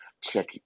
check